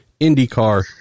IndyCar